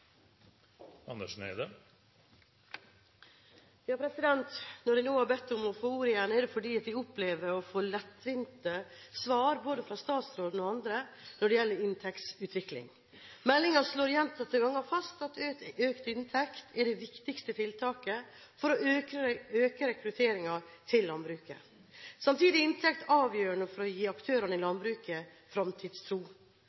Når jeg nå har bedt om å få ordet igjen, er det fordi jeg opplever å få lettvinte svar fra både statsråden og andre når det gjelder inntektsutvikling. Meldingen slår gjentatte ganger fast at økt inntekt er det viktigste tiltaket for å øke rekrutteringen til landbruket. Samtidig er inntekt avgjørende for å gi aktørene i